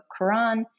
Quran